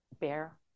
bear